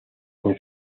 con